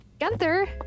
Gunther